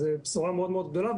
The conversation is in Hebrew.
זו בשורה מאוד מאוד גדולה.